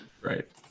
Right